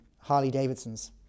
Harley-Davidson's